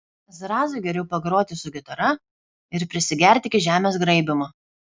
zrazui geriau pagroti su gitara ir prisigerti iki žemės graibymo